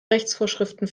rechtsvorschriften